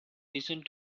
listened